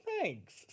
Thanks